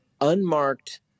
unmarked